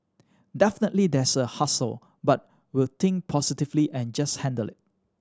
definitely there's a hassle but we will think positively and just handle it